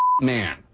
man